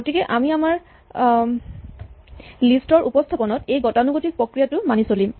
গতিকে আমি আমাৰ লিষ্ট ৰ উপস্হাপনত এই গতানুগতিক প্ৰক্ৰিয়াটো মানি চলিম